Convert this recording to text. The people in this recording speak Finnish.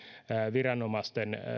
viranomaisten